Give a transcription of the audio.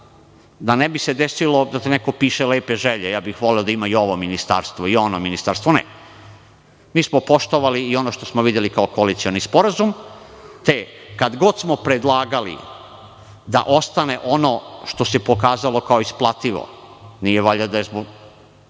se ne bi desilo da neko piše lepe želje. Voleo bih da ima i ovo i ono ministarstvo. Ne, mi smo poštovali i ono što smo videli kao koalicioni sporazum, te kad god smo predlagali da ostane ono što se pokazalo kao isplativo, nije valjda da je toliko